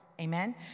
Amen